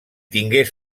tingués